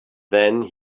then